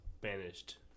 banished